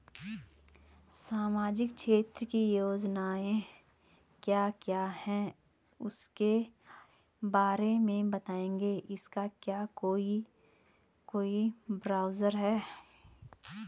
सामाजिक क्षेत्र की योजनाएँ क्या क्या हैं उसके बारे में बताएँगे इसका क्या कोई ब्राउज़र है?